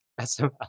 SML